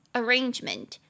arrangement